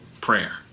prayer